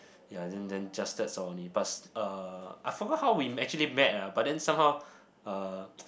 ya then then just that's all only but uh I forgot how we actually met ah but then somehow uh